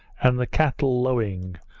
and the cattle, lowing,